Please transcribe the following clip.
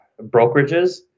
brokerages